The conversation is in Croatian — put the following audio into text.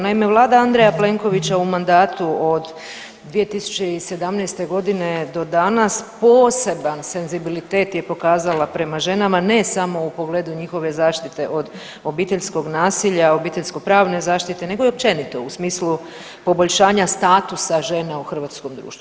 Naime, vlada Andreja Plenkovića u mandatu od 2017.g. do danas poseban senzibilitet je pokazala prema ženama, ne samo u pogledu njihove zaštite od obiteljskog nasilja, obiteljsko pravne zaštite nego i općenito u smislu poboljšanja statusa žene u hrvatskom društvu.